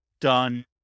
done